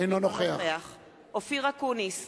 אינו נוכח אופיר אקוניס,